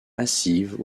massives